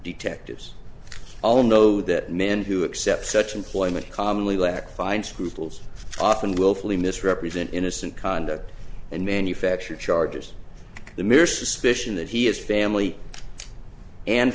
detectives all know that men who accept such employment commonly lack find scruples often willfully misrepresent innocent conduct and manufacture charges the mere suspicion that he has family and